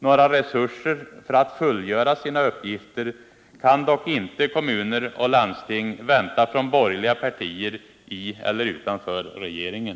Några resurser för att fullgöra sina uppgifter kan dock inte kommuner och landsting vänta från borgerliga partier, i eller utanför regeringen.